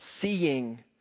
seeing